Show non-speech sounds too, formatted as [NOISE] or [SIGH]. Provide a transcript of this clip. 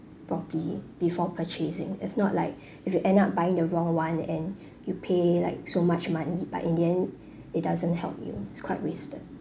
properly before purchasing if not like [BREATH] if you end up buying the wrong one and [BREATH] you pay like so much money but in the end [BREATH] it doesn't help you it's quite wasted